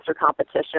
competition